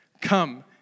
Come